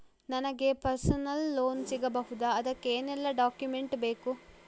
ನನಗೆ personal loan ಸಿಗಬಹುದ ಅದಕ್ಕೆ ಏನೆಲ್ಲ ಡಾಕ್ಯುಮೆಂಟ್ ಬೇಕು?